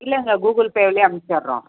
இல்லைங்க கூகுள் பேவிலே அனுப்ச்சிர்றோம்